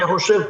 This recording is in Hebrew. אני חושב,